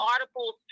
articles